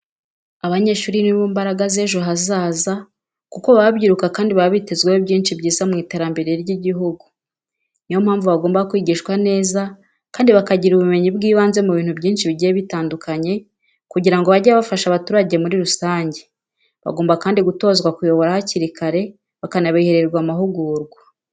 Abanyeshuri ni bo mbaraga z'ejo hazaza kuko baba babyiruka kandi baba bitezweho byinshi byiza mu iterambere ry'igihugu niyo mpamvu bagomba kwigishwa neza kandi bakagira ubumenyi bw'ibanze mu bintu byinshi bigiye bitandukanye kugirango bajye bafasha abaturage muri rusange. Bagomba kandi gutozwa kuyobora hakiri kare bakanabihererwa amahugurwa.